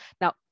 Now